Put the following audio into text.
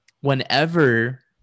whenever